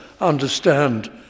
understand